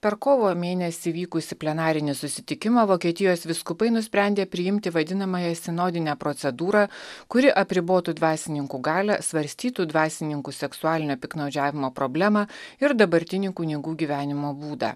per kovo mėnesį vykusį plenarinį susitikimą vokietijos vyskupai nusprendė priimti vadinamąją sinodinę procedūrą kuri apribotų dvasininkų galią svarstytų dvasininkų seksualinio piktnaudžiavimo problemą ir dabartinių kunigų gyvenimo būdą